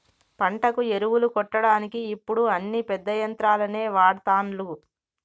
పంటకు ఎరువులు కొట్టడానికి ఇప్పుడు అన్ని పెద్ద యంత్రాలనే వాడ్తాన్లు